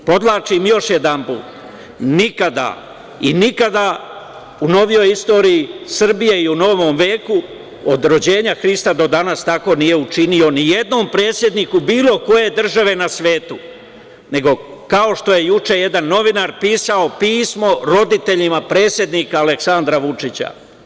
Povlačim još jedanput nikada i nikada u novijoj istoriji Srbija i u novom veku od rođenja Hrista do danas nije učinio ni jednom predsedniku bilo koje države na svetu, nego kao što je juče jedan novinar pisao pismo roditeljima predsednika Aleksandra Vučića.